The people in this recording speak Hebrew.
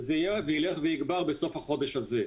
וזה ילך ויגבר בסוף החודש הזה.